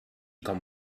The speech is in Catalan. com